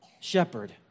shepherd